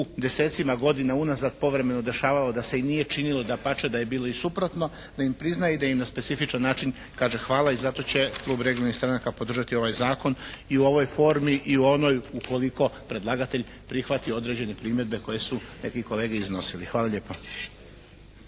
desetcima godina unazad povremeno dešavalo da se i nije činilo dapače da je bilo i suprotno, da im prizna i da im na specifičan način kaže hvala i zato će klub regionalnih stranaka podržati ovaj zakon i u ovoj formi u onoj ukoliko predlagatelj prihvati određene primjedbe koje su neki kolege iznosili. Hvala lijepa.